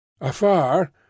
Afar